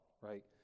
right